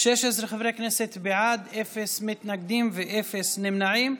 חברי כנסת בעד, אין מתנגדים ואין נמנעים.